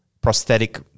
prosthetic